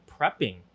prepping